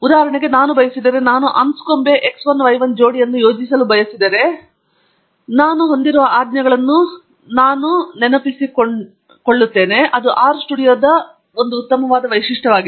ಉದಾಹರಣೆಗೆ ನಾನು ಬಯಸಿದರೆ ನಾನು ಅನ್ಸ್ಕೊಬೆ x 1 y 1 ಜೋಡಿ ಅನ್ನು ಯೋಜಿಸಲು ಬಯಸಿದರೆ ಆಗ ನನ್ನ ಇತಿಹಾಸದಲ್ಲಿ ನಾನು ಹೊಂದಿರುವ ಆಜ್ಞೆಗಳನ್ನು ನಾನು ನೆನಪಿಸಿಕೊಳ್ಳುತ್ತಿದ್ದೇನೆ ಮತ್ತು ಅದು R ಸ್ಟುಡಿಯೋದ ಒಂದು ಉತ್ತಮವಾದ ವೈಶಿಷ್ಟ್ಯವಾಗಿದೆ